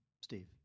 Steve